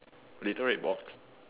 little red box